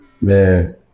Man